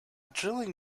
drilling